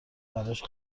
براش